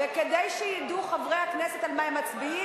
וכדי שידעו חברי הכנסת על מה הם מצביעים,